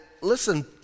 listen